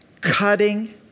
cutting